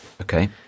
Okay